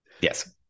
Yes